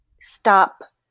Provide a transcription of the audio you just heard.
stop